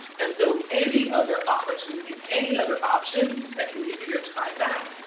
and so any other opportunity, any other option, that can give you your time back?